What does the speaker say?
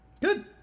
good